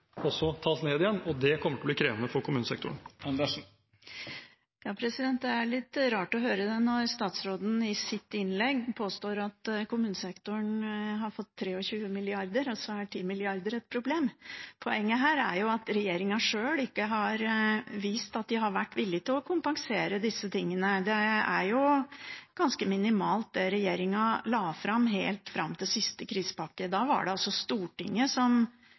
tas ned igjen, og det kommer til å bli krevende for kommunesektoren. Det er litt rart å høre, når statsråden i sitt innlegg påstår at kommunesektoren har fått 23 mrd. kr, at 10 mrd. kr er et problem. Poenget her er at regjeringen sjøl ikke har vist at den har vært villig til å kompensere disse tingene. Det var ganske minimalt, det regjeringen la fram, helt fram til siste krisepakke. Da var det altså Stortinget som